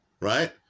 right